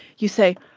you say,